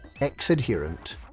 ex-adherent